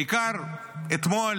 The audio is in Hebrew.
בעיקר, אתמול